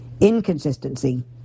Inconsistency